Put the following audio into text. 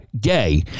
gay